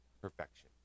perfection